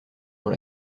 dans